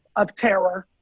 of terror.